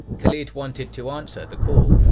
khalid wanted to answer the call,